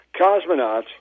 Cosmonauts